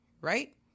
Right